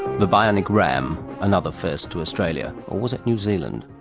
the bionic ram, another first to australia. or was it new zealand?